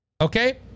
Okay